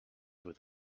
with